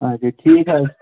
آچھا ٹھیٖک حظ